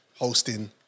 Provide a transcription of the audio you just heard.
hosting